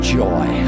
joy